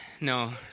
No